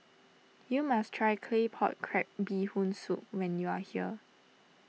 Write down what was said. you must try Claypot Crab Bee Hoon Soup when you are here